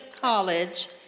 college